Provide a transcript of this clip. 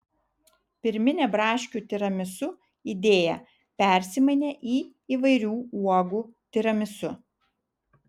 pirminė braškių tiramisu idėja persimainė į įvairių uogų tiramisu